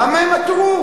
למה הם עתרו?